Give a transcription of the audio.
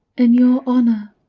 in your honour,